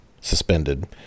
Suspended